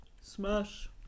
Smash